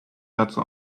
dazu